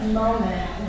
moment